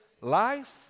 life